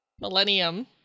Millennium